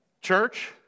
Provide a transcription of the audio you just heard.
Church